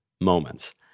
moments